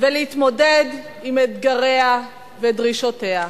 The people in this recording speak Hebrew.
ולהתמודד עם אתגריה ודרישותיה.